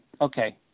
okay